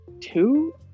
Two